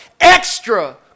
Extra